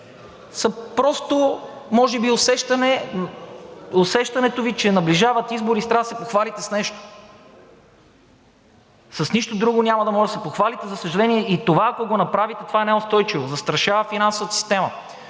са просто може би усещането Ви, че наближават избори и трябва да се похвалите с нещо. С нищо друго няма да можете да се похвалите, за съжаление, и това, ако го направите, това не е неустойчиво – застрашава финансовата система.